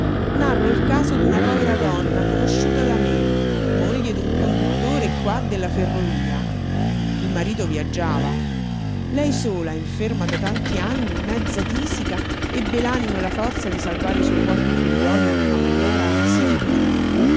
narro il caso d'una povera donna conosciuta da me moglie d'un conduttore qua della ferrovia il marito viaggiava lei sola inferma da tant'anni mezza tisica ebbe l'animo e la forza di salvare i suoi quattro figliuoli in una maniera si figurino